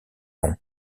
long